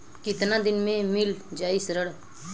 कितना दिन में मील जाई ऋण?